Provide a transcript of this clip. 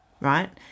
right